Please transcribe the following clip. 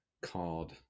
called